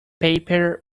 paper